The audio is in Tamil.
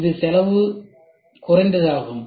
இது செலவு குறைந்ததாகும்